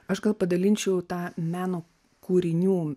aš gal padalinčiau tą meno kūrinių